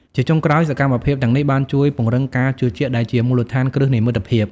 ជាចុងក្រោយ សកម្មភាពទាំងនេះបានជួយពង្រឹងការជឿជាក់ដែលជាមូលដ្ឋានគ្រឹះនៃមិត្តភាព។